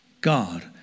God